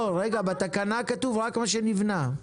בתקנה כתוב רק מה שנבנה.